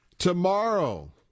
Tomorrow